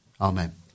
Amen